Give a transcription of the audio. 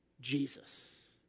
Jesus